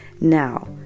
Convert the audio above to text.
now